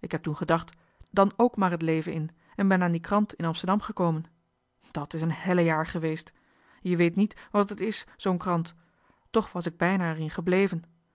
ik heb toen gedacht dan k maar het leven in en ben aan die krant in amsterdam gekomen dat is een hellejaar geweest je weet niet wat het is zoo'n krant toch was ik bijna er in gebleven